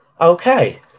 Okay